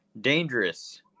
dangerous